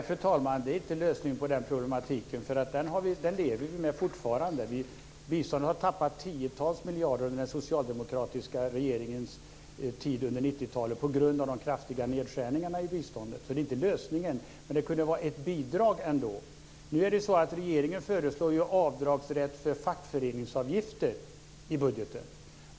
Fru talman! Nej, det är inte lösningen på den problematiken. Den lever vi med fortfarande. Biståndet har tappat tiotals miljarder under den socialdemokratiska regeringens tid under 90-talet på grund av de kraftiga nedskärningarna i biståndet, så det är inte lösningen. Men det kunde vara ett bidrag. Nu föreslår ju regeringen avdragsrätt för fackföreningsavgifter i budgeten.